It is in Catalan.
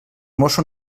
mosso